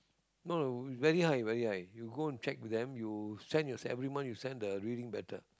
no no very high very high you go and check with them you send your every month you send the reading better